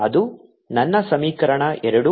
ಅದು ನನ್ನ ಸಮೀಕರಣ ಎರಡು